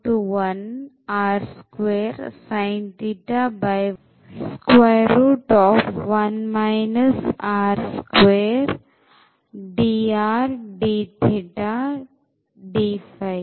sub